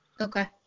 Okay